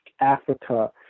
Africa